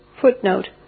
footnote